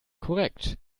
korrekt